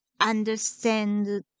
understand